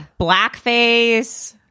blackface